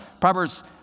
Proverbs